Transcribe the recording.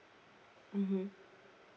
mmhmm